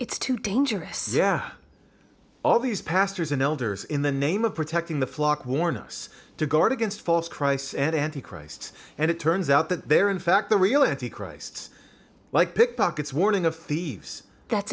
it's too dangerous yeah all these pastors and elders in the name of protecting the flock warn us to guard against false christs and anti christ and it turns out that they are in fact the reality christs like pickpockets warning of thieves that's